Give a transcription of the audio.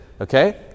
Okay